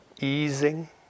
easing